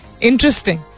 Interesting